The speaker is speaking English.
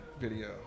video